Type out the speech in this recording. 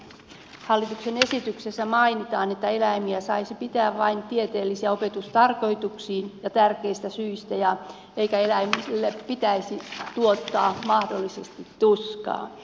kuten hallituksen esityksessä mainitaan eläimiä saisi pitää vain tieteellisiin ja opetustarkoituksiin ja tärkeistä syistä eikä eläimille pitäisi tuottaa mahdollisesti tuskaa